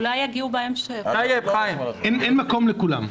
אין מקום לכולם.